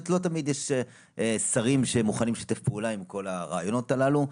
ולא תמיד יש שרים שמוכנים לשתף פעולה עם כל הרעיונות הללו,